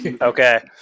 Okay